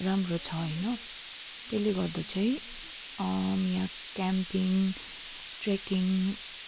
राम्रो छ होइन त्यसले गर्दा चाहिँ यहाँ क्याम्पिङ ट्रेकिङ